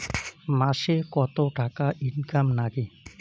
মাসে কত টাকা ইনকাম নাগে?